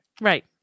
Right